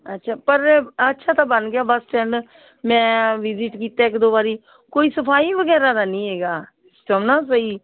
ਅੱਛਾ ਪਰ ਅੱਛਾ ਤਾਂ ਬਣ ਗਿਆ ਬਸ ਸਟੈਡ ਮੈਂ ਵਿਜ਼ਿਟ ਕੀਤਾ ਇੱਕ ਦੋ ਵਾਰੀ ਕੋਈ ਸਫਾਈ ਵਗੈਰਾ ਦਾ ਨਹੀਂ ਹੈਗਾ ਚਾਹੁੰਦਾ ਕੋਈ